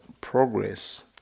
progress